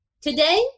Today